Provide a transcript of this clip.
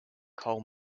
coal